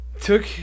Took